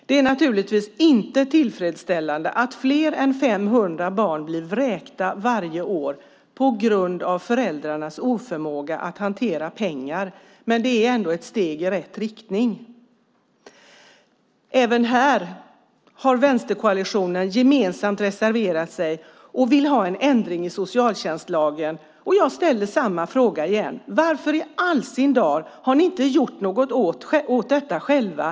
Det är naturligtvis inte tillfredsställande att mer än 500 barn blir vräkta varje år på grund av föräldrarnas oförmåga att hantera pengar, men detta är ett steg i rätt riktning. Även här har vänsterkoalitionen gemensamt reserverat sig och vill ha en ändring av socialtjänstlagen, och jag ställer samma fråga igen: Varför i all sin dar har ni inte gjort något åt det själva?